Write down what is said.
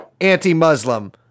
anti-Muslim